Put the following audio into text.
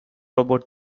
about